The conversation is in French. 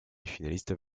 finalistes